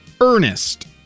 Ernest